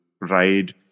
ride